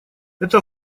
это